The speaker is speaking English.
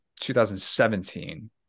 2017